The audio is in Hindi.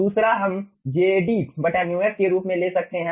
दूसरा हम jD μf के रूप में ले सकते हैं